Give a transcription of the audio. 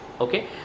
okay